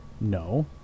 No